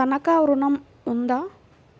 తనఖా ఋణం ఉందా?